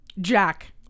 Jack